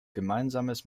gemeinsames